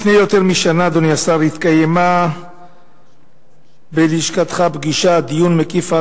לפני יותר משנה התקיים בלשכתך דיון מקיף,